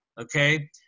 okay